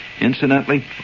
incidentally